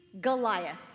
Goliath